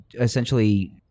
essentially